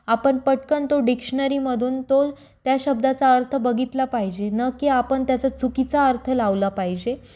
आपण पटकन तो डिक्शनरीमधून तो त्या शब्दाचा अर्थ बघितला पाहिजे ना की आपण त्याचा चुकीचा अर्थ लावला पाहिजे